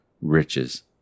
riches